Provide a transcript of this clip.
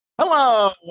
Hello